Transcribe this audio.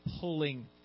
pulling